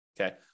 okay